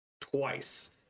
Twice